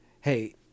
Hey